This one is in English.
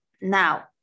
Now